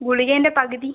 ഗുളികേൻ്റെ പകുതി